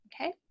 Okay